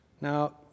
now